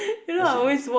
just saying